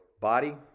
body